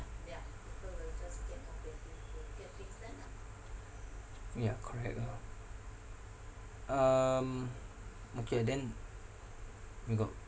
yeah correct ah um okay then we got